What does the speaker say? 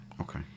okay